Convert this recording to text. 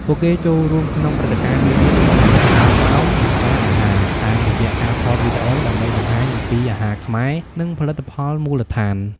ពួកគេចូលរួមក្នុងព្រឹត្តិការណ៍នានា ដូចជា ផ្សារក្រោម និងផ្សារអាហារតាមរយៈការថតវីដេអូ ដើម្បីបង្ហាញអំពីអាហារខ្មែរ និងផលិតផលមូលដ្ឋាន។